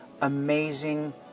amazing